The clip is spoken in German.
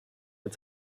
mit